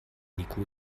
niko